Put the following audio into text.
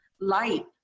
light